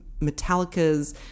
Metallica's